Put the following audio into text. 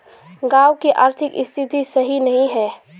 गाँव की आर्थिक स्थिति सही नहीं है?